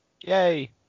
Yay